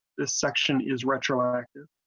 the section is retro r.